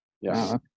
Yes